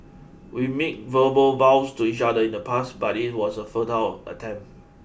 we made verbal vows to each other in the past but it was a futile attempt